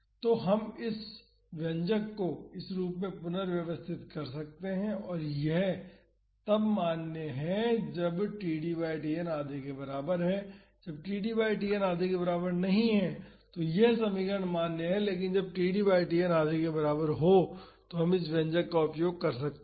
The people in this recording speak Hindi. तो हम इस व्यंजक को इस रूप में पुनर्व्यवस्थित कर सकते हैं और यह तब मान्य है जब td बाई Tn आधे के बराबर है जब td बाई Tn आधे के बराबर नहीं है यह समीकरण मान्य है लेकिन जब td बाई Tn आधे के बराबर है तो हम इस व्यंजक का उपयोग कर सकते हैं